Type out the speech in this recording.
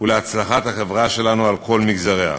ולהצלחת החברה שלנו, על כל מגזריה.